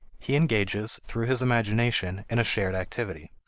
he engages, through his imagination, in a shared activity.